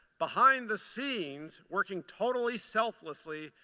behind the scenes, working totally selflessly,